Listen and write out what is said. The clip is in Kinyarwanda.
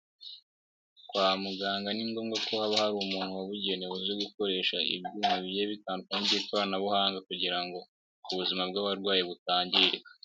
Kwa muganga ni ngombwa ko haba hari umuntu wabugenewe uzi gukoresha ibyuma bigiye bitandukanye by'ikoranabuhanga kugira ngo ubuzima bw'abarwayi butangirika.